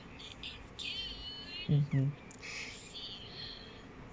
mmhmm